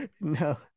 No